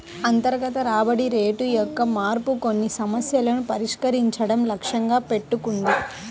అంతర్గత రాబడి రేటు యొక్క మార్పు కొన్ని సమస్యలను పరిష్కరించడం లక్ష్యంగా పెట్టుకుంది